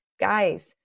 guys